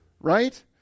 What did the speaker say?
right